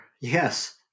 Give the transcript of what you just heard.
Yes